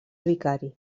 vicari